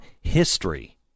history